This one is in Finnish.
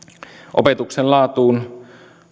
opetuksen laatuun